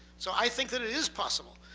so i think that it is possible,